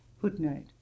Footnote